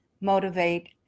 Motivate